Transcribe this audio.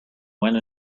went